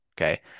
okay